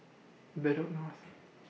Bedok North